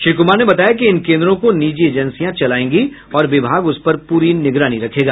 श्री कुमार ने बताया कि इन केन्द्रों को निजी एजेंसियां चलायेंगी और विभाग उस पर पूरी निगरानी रखेगा